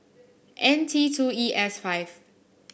N T two E S five